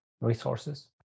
resources